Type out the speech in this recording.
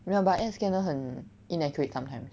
没有 but app scanner 很 inaccurate sometimes